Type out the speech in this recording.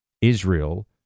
israel